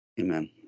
Amen